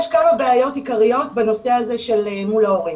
יש כמה בעיות עיקריות בנושא הזה מול ההורים.